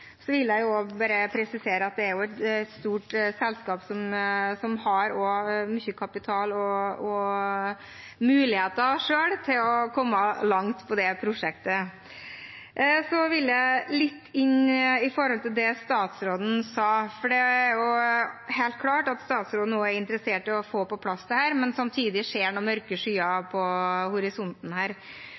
Så får vi se om de får den støtten de ønsker for å få realisert det. Jeg vil også presisere at dette er et stort selskap som selv har mye kapital og muligheter til å komme langt i det prosjektet. Jeg vil komme litt inn på det som statsråden sa. Det er helt klart at også statsråden er interessert i å få dette på plass, men samtidig ser man noen mørke skyer i horisonten.